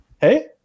hey